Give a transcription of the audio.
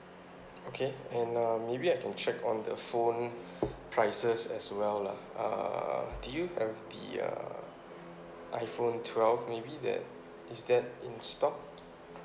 okay and um maybe I can check on the phone prices as well lah uh do you have the uh iphone twelve maybe that is that in stock